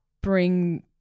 bring –